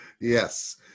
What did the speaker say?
Yes